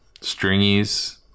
Stringies